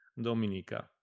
Dominica